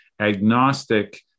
agnostic